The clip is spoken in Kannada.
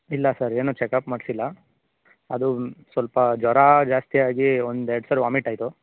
ಇಲ್ಲ ಸರ್ ಏನು ಚೆಕಪ್ ಮಾಡಿಸಿಲ್ಲ ಅದು ಸ್ವಲ್ಪ ಜ್ವರ ಜಾಸ್ತಿ ಆಗಿ ಒಂದೆರಡು ಸರಿ ವಾಮಿಟ್ ಆಯಿತು